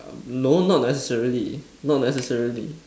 um no not necessarily not necessarily